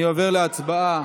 אני עובר להצבעה,